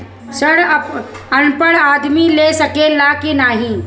ऋण अनपढ़ आदमी ले सके ला की नाहीं?